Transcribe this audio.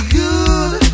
good